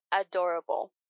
adorable